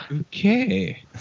Okay